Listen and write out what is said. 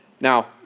Now